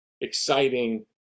exciting